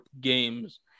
games